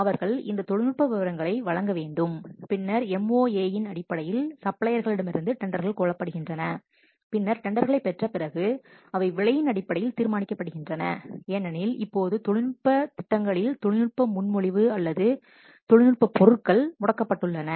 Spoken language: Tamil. அவர்கள் இந்த தொழில்நுட்ப விவரங்களை வழங்க வேண்டும் பின்னர் MoA இன் அடிப்படையில் சப்ளையர்களிடமிருந்து டெண்டர்கள் கோரப்படுகின்றன பின்னர் டெண்டர்களைப் பெற்ற பிறகு அவை விலையின் அடிப்படையில் தீர்மானிக்கப்படுகின்றன ஏனெனில் இப்போது தொழில்நுட்ப திட்டங்களில் தொழில்நுட்ப முன்மொழிவு அல்லது தொழில்நுட்ப பொருட்கள் முடக்கப்பட்டுள்ளன